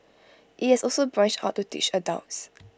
IT has also branched out to teach adults